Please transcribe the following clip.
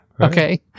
okay